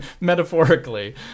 metaphorically